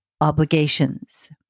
obligations